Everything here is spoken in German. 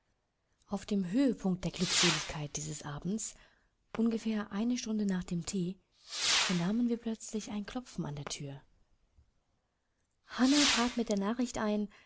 auf dem höhepunkt der glückseligkeit dieses abends ungefähr eine stunde nach dem thee vernahmen wir plötzlich ein klopfen an der thür hannah trat mit der nachricht ein